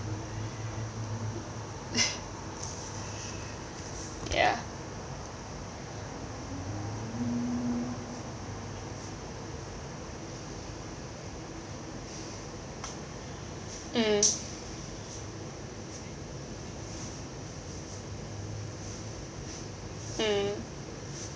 ya mm mm